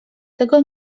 tego